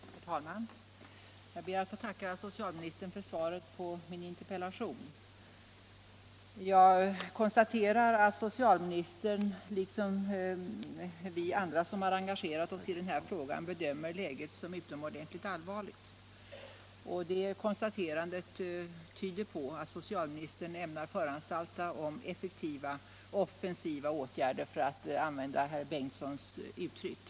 Herr talman! Jag ber att få tacka socialministern för svaret på min interpellation. Jag konstaterar att socialministern liksom vi andra som har engagerat oss i den här frågan bedömer läget som utomordentligt allvarligt. Det konstaterandet tyder på att socialministern ämnar föranstalta om effektiva och offensiva åtgärder, för att använda herr Bengtssons uttryck.